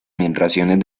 migración